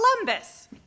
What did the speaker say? Columbus